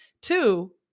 Two